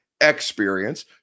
experience